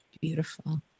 Beautiful